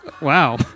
Wow